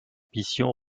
mission